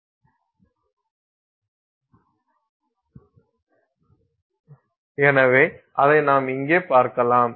எனவே அதை நாம் இங்கே பார்க்கலாம்